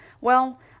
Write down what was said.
Well